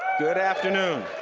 good afternoon!